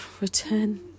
return